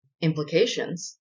implications